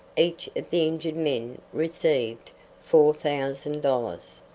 each of the injured men received four thousand dollars.